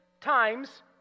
times